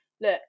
look